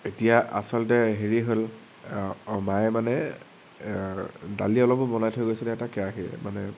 এতিয়া আচলতে হেৰি হ'ল মায়ে মানে দালি অলপো বনাই থৈ গৈছিলে এটা কেৰাহীত মানে